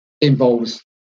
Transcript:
involves